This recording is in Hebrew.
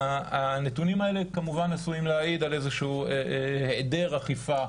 הנתונים האלה כמובן עשויים להעיד על היעדר אכיפה